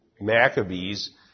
Maccabees